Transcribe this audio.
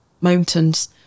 mountains